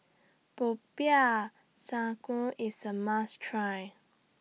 Popiah Sayur IS A must Try